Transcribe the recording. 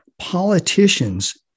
Politicians